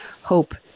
hope